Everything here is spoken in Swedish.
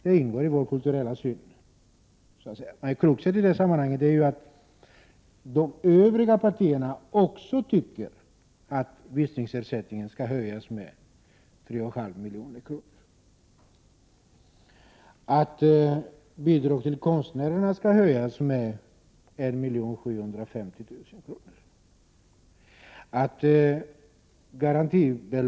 Det ingår i vår kulturella syn. Kruxet i det här sammanhanget är att även de övriga partierna tycker att visningsersättningen skall höjas med 3,5 milj.kr., att bidragen till konstnärerna skall höjas med 1 750 000 kr.